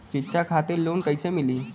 शिक्षा खातिर लोन कैसे मिली?